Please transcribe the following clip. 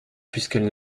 puisqu’elle